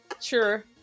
sure